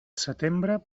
setembre